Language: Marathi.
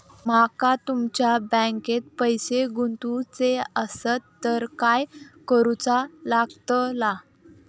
माका तुमच्या बँकेत पैसे गुंतवूचे आसत तर काय कारुचा लगतला?